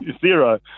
zero